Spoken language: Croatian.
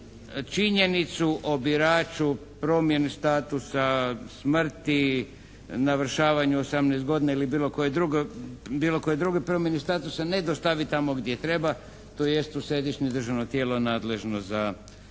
činjenicu o biraču, promjeni statusa, smrti, navršavanju 18 godina ili bilo koje druge promjene, ministarstvu se ne dostavi tamo gdje treba, tj. u središnje državno tijelo nadležno za ove